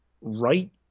right